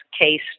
case